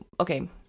okay